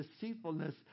deceitfulness